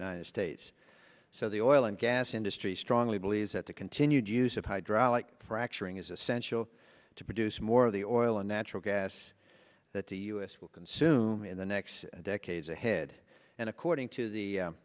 united states so the oil and gas industry strongly believes that the continued use of hydraulic fracturing is essential to produce more of the oil and natural gas that the u s will consume in the next decades ahead and according to the